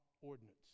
ordinance